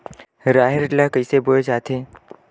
राहेर ल कइसे बोय जाथे?